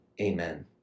Amen